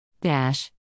dash